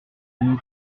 nous